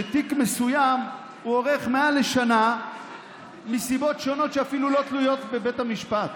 שתיק מסוים אורך מעל לשנה מסיבות שונות שאפילו לא תלויות בבית המשפט.